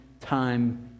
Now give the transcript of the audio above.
time